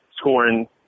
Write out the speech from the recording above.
scoring